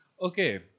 Okay